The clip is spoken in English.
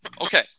Okay